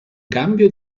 cambio